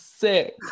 sick